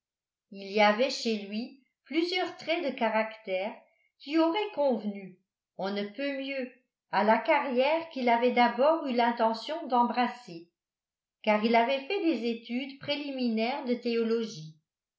il y avait chez lui plusieurs traits de caractère qui auraient convenu on ne peut mieux à la carrière qu'il avait d'abord eu l'intention d'embrasser car il avait fait des études préliminaires de théologie